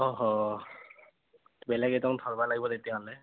বেলেগ এজন উঠাব লাগিব তেতিয়াহ'লে